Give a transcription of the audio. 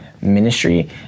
ministry